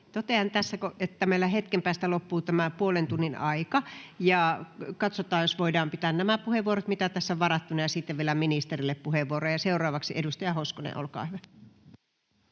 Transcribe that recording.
Totean tässä, että meillä hetken päästä loppuu tämä puolen tunnin aika, ja katsotaan, jos voidaan pitää nämä puheenvuorot, mitä tässä on varattuna, ja sitten vielä ministerille puheenvuoro. — Ja seuraavaksi edustaja Hoskonen, olkaa hyvä.